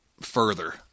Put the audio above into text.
further